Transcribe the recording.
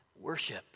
worship